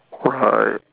right